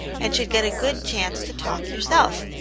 and should get a good chance to talk yourself.